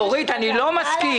אורית, אני לא מסכים.